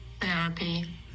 Therapy